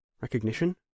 Recognition